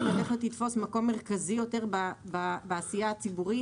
הולכת לתפוס מקום מרכז יותר בעשייה הציבורית.